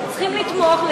צריכים לתמוך,